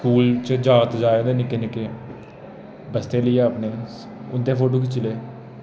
school च जागत जा दे निक्के निक्के बस्ते लेइयै अपने उं'दे फोटो खिच्ची ले